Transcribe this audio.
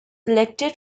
elected